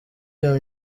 iyo